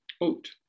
oat